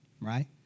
right